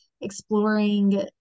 exploring